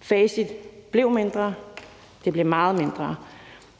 facit blev mindre. Det blev meget mindre,